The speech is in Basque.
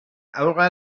haurra